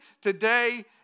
today